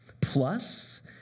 Plus